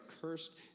cursed